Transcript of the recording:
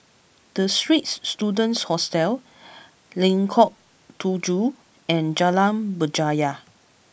The Straits Students Hostel Lengkok Tujoh and Jalan Berjaya